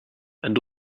and